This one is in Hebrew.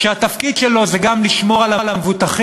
שהתפקיד שלו זה גם לשמור על המבוטחים,